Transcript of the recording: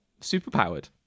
superpowered